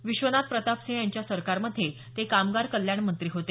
विश्वनाथ प्रताप सिंह यांच्या सरकारमध्ये ते कामगार कल्याण मंत्री होते